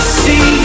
see